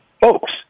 folks